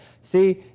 see